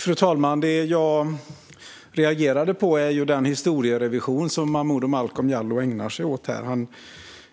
Fru talman! Det jag reagerade på är den historierevision som Momodou Malcolm Jallow ägnar sig åt här.